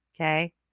Okay